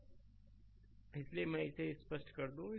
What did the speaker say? slide समय देखें 1827 इसलिए मैं इसे स्पष्ट कर दूं